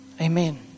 Amen